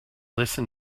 listen